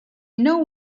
know